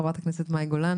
חה"כ מאי גולן,